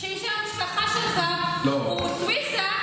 שאם שם המשפחה שלך הוא סוויסה,